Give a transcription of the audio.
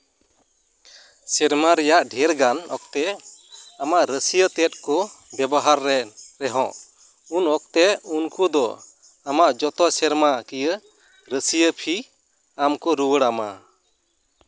ᱥᱮᱨᱢᱟ ᱨᱮᱭᱟᱜ ᱰᱷᱮᱨ ᱜᱟᱱ ᱚᱠᱛᱮ ᱟᱢᱟᱜ ᱨᱟᱹᱥᱭᱟᱹ ᱛᱮᱫ ᱠᱚ ᱵᱮᱵᱚᱦᱟᱨ ᱨᱮᱦᱚᱸ ᱩᱱ ᱚᱠᱛᱮ ᱩᱱᱠᱩ ᱫᱚ ᱟᱢᱟᱜ ᱡᱚᱛᱚ ᱥᱮᱨᱢᱟ ᱠᱤᱭᱟᱹ ᱨᱟᱹᱥᱭᱟᱹ ᱯᱷᱤ ᱟᱢ ᱠᱚ ᱨᱩᱭᱟᱹᱲᱟᱢᱟ